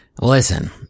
Listen